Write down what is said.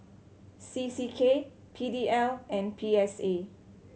C C K P D L and P S A